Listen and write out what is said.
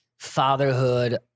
fatherhood